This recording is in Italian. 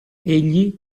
egli